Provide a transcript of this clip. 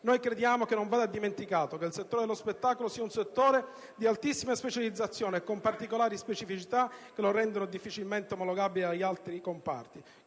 Noi crediamo che non vada dimenticato che il settore dello spettacolo è ad altissima specializzazione e con particolari specificità che lo rendono difficilmente omologabile ad altri comparti;